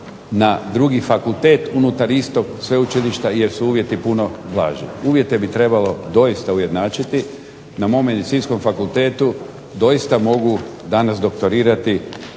na drugi fakultet unutar istog sveučilišta jer su uvjeti puno blaži. Uvjete bi trebao doista ujednačiti. Na mom medicinskom fakultetu doista mogu danas doktorirati